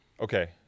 Okay